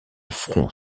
front